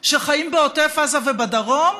שחיים בעוטף עזה ובדרום.